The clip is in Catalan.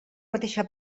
mateixa